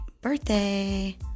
birthday